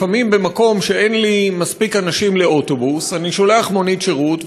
לפעמים במקום שאין לי מספיק אנשים לאוטובוס אני שולח מונית שירות,